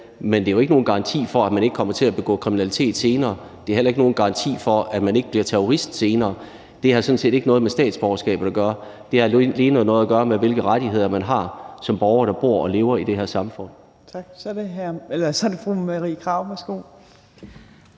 men det er jo ikke nogen garanti for, at man ikke kommer til at begå kriminalitet senere. Det er heller ikke nogen garanti for, at man ikke bliver terrorist senere. Det har sådan set ikke noget med statsborgerskabet at gøre. Det har alene noget at gøre med, hvilke rettigheder man har som borger, der bor og lever i det her samfund. Kl. 18:01 Tredje næstformand